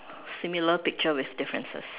similar picture with differences